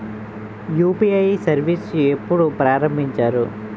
UPI service ఎప్పుడు ప్రారంభించారు?